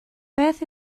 beth